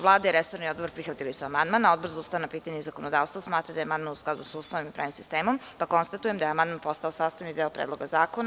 Vlada i resorni odbor prihvatili su amandman, a Odbor za ustavna pitanja i zakonodavstvo smatra da je amandman u skladu sa Ustavom i pravnim sistemom, pa konstatujem da je ovaj amandman postao sastavni deo Predloga zakona.